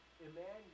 Emmanuel